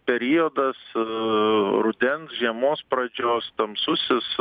periodas rudens žiemos pradžios tamsusis